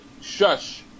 Shush